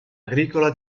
agricola